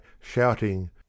shouting